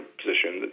position